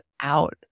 out